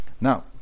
Now